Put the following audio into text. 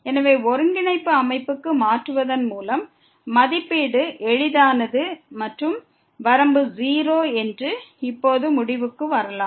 எனவே ஒருங்கிணைப்பு அமைப்புக்கு மாற்றுவதன் மூலம் மதிப்பீடு எளிதானது மற்றும் வரம்பு 0 என்று இப்போது முடிவுக்கு வரலாம்